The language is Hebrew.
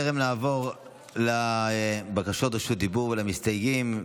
בטרם נעבור לבקשות רשות דיבור ולמסתייגים,